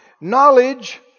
Knowledge